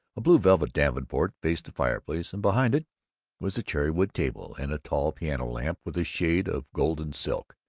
a blue velvet davenport faced the fireplace, and behind it was a cherrywood table and a tall piano-lamp with a shade of golden silk.